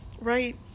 Right